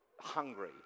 Hungry